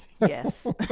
Yes